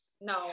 no